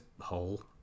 hole